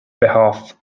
behalf